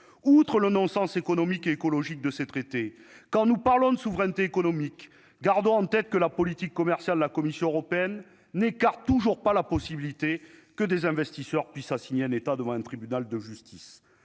outre le non-sens économique et écologique de ces traités quand nous parlons de souveraineté économique gardons en tête que la politique commerciale de la Commission européenne n'écarte toujours pas la possibilité que des investisseurs puissent signé un État devant un tribunal de justice